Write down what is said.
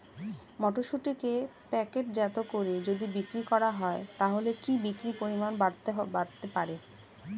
মটরশুটিকে প্যাকেটজাত করে যদি বিক্রি করা হয় তাহলে কি বিক্রি পরিমাণ বাড়তে পারে?